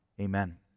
amen